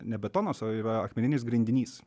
ne betonas o yra akmeninis grindinys